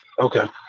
Okay